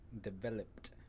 Developed